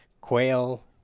quail